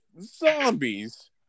zombies